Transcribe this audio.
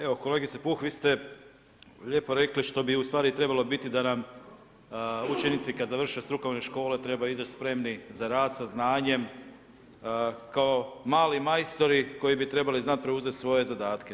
Evo, kolegice Puh, Vi ste lijepo rekli što bi u stvari i trebalo biti, da nam učenici kad završe strukovne škole trebaju izaći spremni za rad sa znanjem, kao mali majstori koji bi trebali znati preuzet svoje zadatke.